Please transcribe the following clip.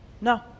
No